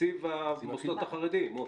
מתקציב המוסדות החרדיים.